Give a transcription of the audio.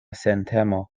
sentemo